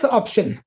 option